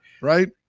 Right